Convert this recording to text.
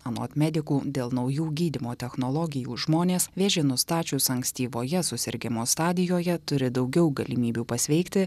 anot medikų dėl naujų gydymo technologijų žmonės vėžį nustačius ankstyvoje susirgimo stadijoje turi daugiau galimybių pasveikti